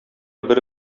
бер